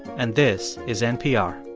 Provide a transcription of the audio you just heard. and this is npr